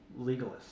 legalists